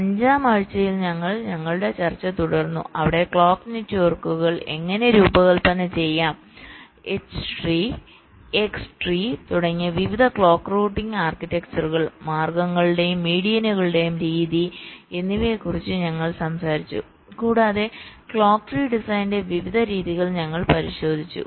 5 ാം ആഴ്ചയിൽ ഞങ്ങൾ ഞങ്ങളുടെ ചർച്ച തുടർന്നു അവിടെ ക്ലോക്ക് നെറ്റ്വർക്കുകൾ എങ്ങനെ രൂപകൽപ്പന ചെയ്യാം എച്ച് ട്രീ എക്സ് ട്രീ തുടങ്ങിയ വിവിധ ക്ലോക്ക് റൂട്ടിംഗ് ആർക്കിടെക്ചറുകൾ മാർഗങ്ങളുടെയും മീഡിയനുകളുടെയും രീതി എന്നിവയെ കുറിച്ച് ഞങ്ങൾ സംസാരിച്ചു കൂടാതെ ക്ലോക്ക് ട്രീ ഡിസൈനിന്റെ വിവിധ രീതികൾ ഞങ്ങൾ പരിശോധിച്ചു